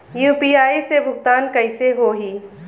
UPI से भुगतान कइसे होहीं?